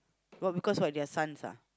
what because why they are sons ah